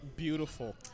Beautiful